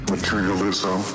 Materialism